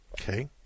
Okay